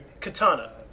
Katana